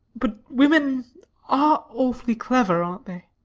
but women are awfully clever, aren't they?